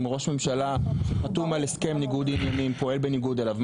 אם ראש ממשלה חתום על הסכם ניגוד עניינים פועל בניגוד אליו,